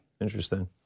Interesting